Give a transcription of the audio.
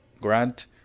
grant